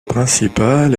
principale